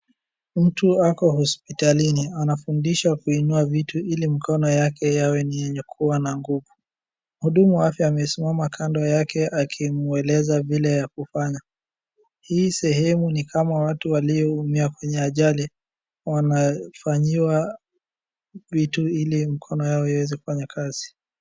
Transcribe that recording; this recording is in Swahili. Mtu ako hospitalini, anafundishwa kuinua vitu ili mikono yake iwe yenye kuwa na nguvu. Mhudumu wa afya amesimama kando yake akimweleza vile ya kufanya. Hii sehemu nikama watu walioumia kwenye ajali, wanafanyiwa vitu ili mikono yao iweze kufanya kazi.